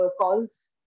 calls